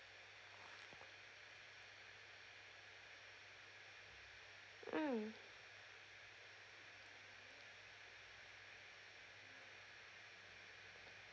mm